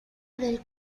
del